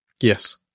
yes